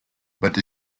but